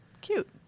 Cute